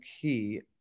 key